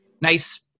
nice